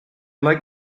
like